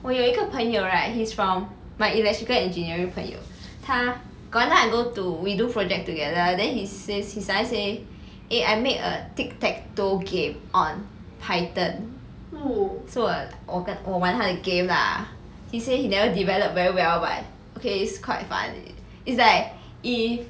我有一个朋友 right he's from my electrical engineering 朋友他 got one time I go to we do project together then he says he suddenly say eh I made a tic tac toe game on python so 我 like 我玩他的 game lah he say he never develop very well but okay is quite fun it's like if